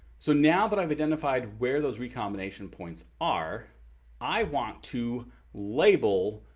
so now that i've identified where those recombination points are i want to label.